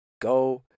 go